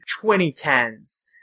2010s